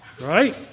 Right